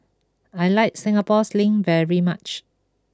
I like Singapore Sling very much